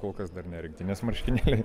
kol kas dar ne rinktinės marškinėliai